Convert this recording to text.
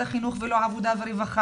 החינוך ולא להישאר במשרד העבודה והרווחה.